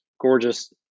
gorgeous